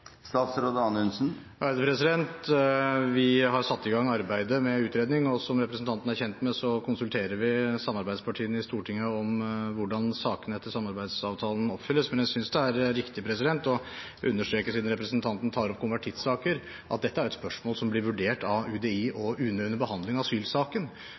Vi har satt i gang arbeidet med utredning, og som representanten er kjent med, konsulterer vi samarbeidspartiene i Stortinget om hvordan sakene etter samarbeidsavtalen oppfylles. Men jeg synes det er riktig å understreke – siden representanten tar opp konvertittsaker – at dette er et spørsmål som blir vurdert av UDI og UNE under behandling av asylsaken,